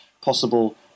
possible